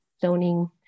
zoning